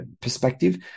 perspective